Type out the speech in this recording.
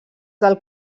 del